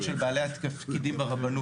אם למשל רואה מפקח מוצר בחנות שמחזיקה